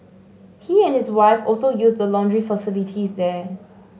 he and his wife also use the laundry facilities there